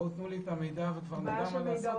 בואו תנו לי את המידע וכבר נדע מה לעשות אותו.